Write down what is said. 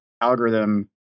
algorithm